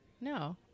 No